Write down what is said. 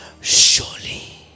surely